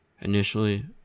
Initially